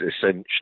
essentially